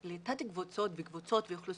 לתת קבוצות באוכלוסיות,